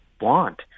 want